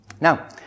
Now